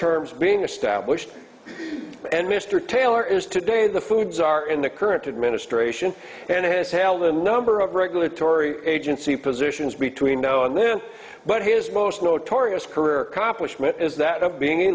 terms being established and mr taylor is today the foods are in the current administration and has held a number of regulatory agency positions between now and then but his most notorious career copple schmidt is that of being a